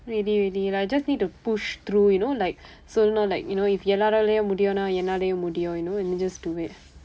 really really like just need to push through you know like சொல்லனும்:sollanum like you know if எல்லாராலும் முடியும்னா என்னாலயும் முடியும்:ellaraalum mudyumnaa ennaalayum mudiyum you know and then just do it